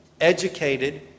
educated